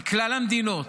אם כלל המדינות